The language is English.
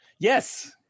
Yes